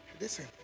Listen